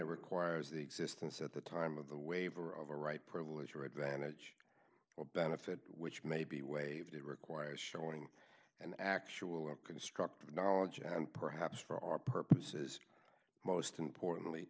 it requires the existence at the time of the waiver of a right privilege or advantage or benefit which may be waived it requires showing an actual construct of knowledge and perhaps for our purposes most importantly